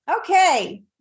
Okay